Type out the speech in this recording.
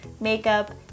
makeup